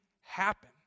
happen